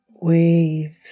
waves